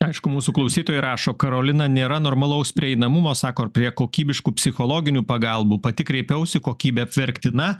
aišku mūsų klausytojai rašo karolina nėra normalaus prieinamumo sako ir prie kokybiškų psichologinių pagalbų pati kreipiausi kokybė apverktina